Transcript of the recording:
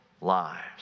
lives